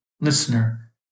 listener